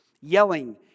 Yelling